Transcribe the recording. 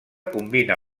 combina